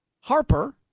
Harper